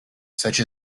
such